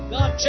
God